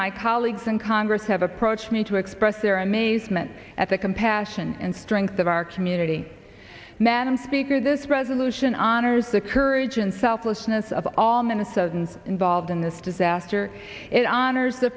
my colleagues in congress have approached me to express their amazement at the compassion and strength of our community madam speaker this resolution honors the courage and selflessness of all minnesotans involved in this disaster or it honors the